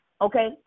okay